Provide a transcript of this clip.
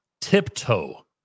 tiptoe